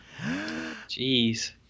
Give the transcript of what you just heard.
Jeez